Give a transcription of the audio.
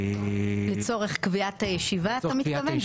לצורך קביעת הישיבה אתה מתכוון?